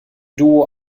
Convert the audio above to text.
duo